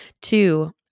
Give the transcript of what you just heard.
Two